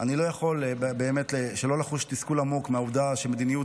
אני לא יכול שלא לחוש תסכול עמוק מהעובדה שמדיניות